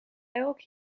elk